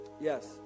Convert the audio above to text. yes